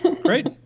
Great